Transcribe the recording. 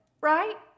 right